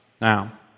now